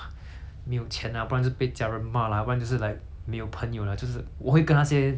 没有朋友 liao 就是我会跟那些那一整群的人 hor 很 close